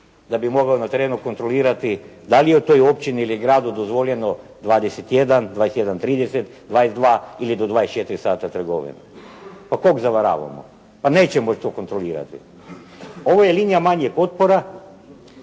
da bi mogao na terenu kontrolirati da li je u toj općini ili gradu dozvoljeno 21,00, 21,30, 22,00 ili do 24,00 sata trgovinu. Pa kog zavaravamo? Pa neće to moć kontrolirati? Ovo je linija manjeg otpora,